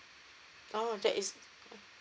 oh that is